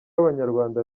abanyarwanda